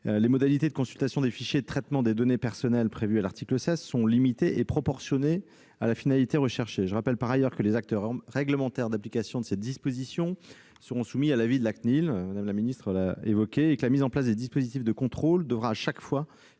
Les modalités de consultation des fichiers et de traitement des données personnelles prévues à l'article 16 sont limitées et proportionnées à la finalité recherchée. Je rappelle par ailleurs que les actes réglementaires d'application de ces dispositions seront soumis à l'avis de la Commission nationale de l'informatique et des libertés, la CNIL, et que la mise en place des dispositifs de contrôle devra, à chaque fois,